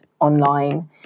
online